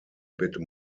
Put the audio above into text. bit